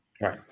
Right